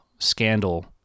Scandal